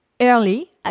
early